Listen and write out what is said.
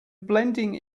blending